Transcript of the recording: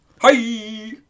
Hi